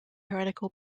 heretical